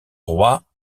roi